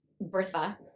Bertha